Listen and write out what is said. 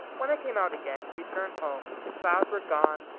when i came out again to return home, the clouds were gone,